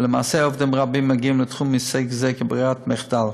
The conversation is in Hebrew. ולמעשה עובדים רבים מגיעים לתחום עיסוק זה כברירת מחדל.